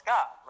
God